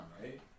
right